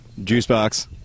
Juicebox